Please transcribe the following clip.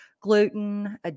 gluten